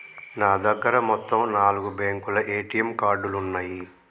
నా దగ్గర మొత్తం నాలుగు బ్యేంకుల ఏటీఎం కార్డులున్నయ్యి